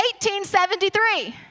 1873